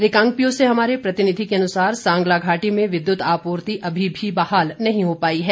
रिकांगपिओ से हमारे प्रतिनिधि के अनुसार सांगला घाटी में विद्युत आपूर्ति अभी भी बहाल नहीं हो पाई है